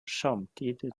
samtidigt